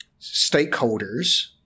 stakeholders